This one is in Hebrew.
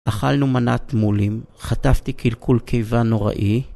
אכלנו מנת מולים; חטפתי קלקול קיבה נוראי.